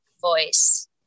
voice